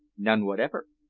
none whatever.